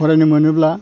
फरायनो मोनोब्ला